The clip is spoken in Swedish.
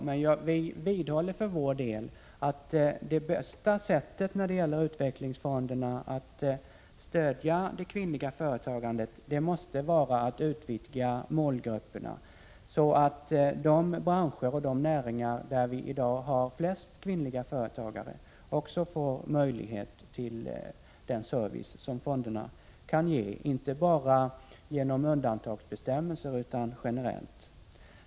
Men vi vidhåller för vår del att det bästa sättet för utvecklingsfonderna att stödja det kvinnliga företagandet måste vara att utvidga målgrupperna, så att de branscher och näringar där vi i dag har flest kvinnliga företagare också får möjlighet till den service som fonderna kan ge, inte bara genom undantagsbestämmelser utan generellt.